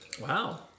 Wow